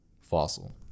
Fossil